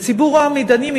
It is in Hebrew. ציבור המתדיינים,